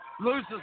loses